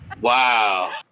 wow